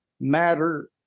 matter